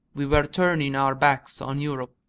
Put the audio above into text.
we were turning our backs on europe.